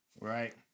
right